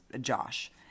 Josh